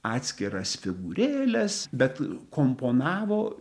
atskiras figūrėles bet komponavo